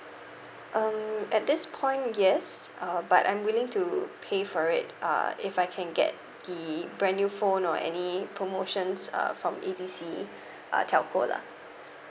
um at this point yes uh but I'm willing to pay for it uh if I can get the brand new phone or any promotions uh from A B C uh telco lah